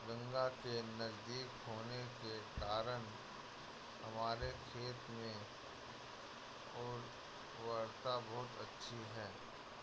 गंगा के नजदीक होने के कारण हमारे खेत में उर्वरता बहुत अच्छी है